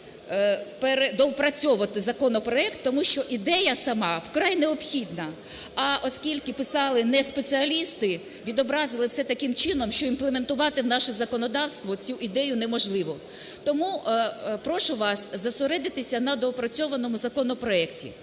доопрацьовувати законопроект, тому що ідея сама вкрай необхідна. А оскільки писали неспеціалісти, відобразили все таким чином, що імплементувати в наше законодавство цю ідею неможливо. Тому прошу вас зосередитись на доопрацьованому законопроекті.